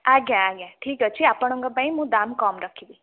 ଆଜ୍ଞା ଆଜ୍ଞା ଠିକ୍ ଅଛି ଆପଣଙ୍କ ପାଇଁ ମୁଁ ଦାମ୍ କମ୍ ରଖିବି